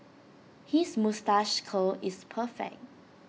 his moustache curl is perfect